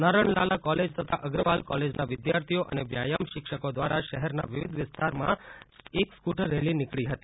Naranlala college તથા અગ્રવાલ કોલેજના વિઘાર્થીઓ અને વ્યાયમ શિક્ષકો ઘ્વારા શહેરના વિવિધ વિસ્તારમાંથી એક સ્કુટર રેલી નીકળી હતી